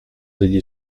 degli